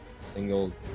Single